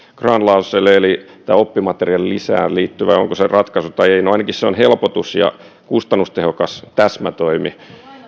grahn laasoselle eli tämän oppimateriaalilisään liittyvän onko se ratkaisu vai ei no ainakin se on helpotus ja kustannustehokas täsmätoimi